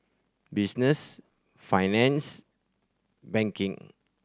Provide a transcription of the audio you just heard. business finance banking